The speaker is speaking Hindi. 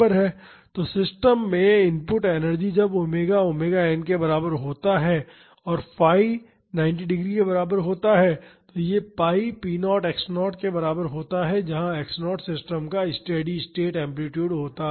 तो सिस्टम में इनपुट एनर्जी जब ओमेगा ओमेगा एन के बराबर होता है और फाई 90 डिग्री के बराबर होता है तो यह pi p0 x0 के बराबर होता है जहां x0 सिस्टम का स्टेडी स्टेट एम्पलीटूड होता है